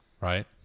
right